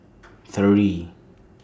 three